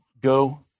go